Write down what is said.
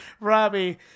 Robbie